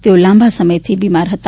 તેઓ લાંબા સમયથી બિમાર હતા